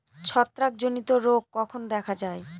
ছত্রাক জনিত রোগ কখন দেখা য়ায়?